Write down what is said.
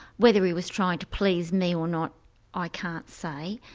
whether he was trying to please me or not i can't say.